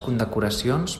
condecoracions